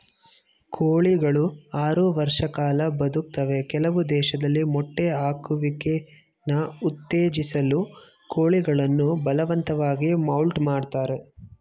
ಕೋಳಿಗಳು ಆರು ವರ್ಷ ಕಾಲ ಬದುಕ್ತವೆ ಕೆಲವು ದೇಶದಲ್ಲಿ ಮೊಟ್ಟೆ ಹಾಕುವಿಕೆನ ಉತ್ತೇಜಿಸಲು ಕೋಳಿಗಳನ್ನು ಬಲವಂತವಾಗಿ ಮೌಲ್ಟ್ ಮಾಡ್ತರೆ